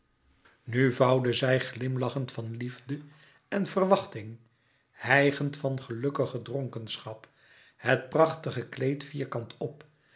nu vouwde zij glimlachend van liefde en verwachting hijgend van gelukkige dronkenschap het prachtige kleed vierkant op